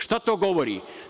Šta to govori?